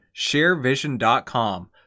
ShareVision.com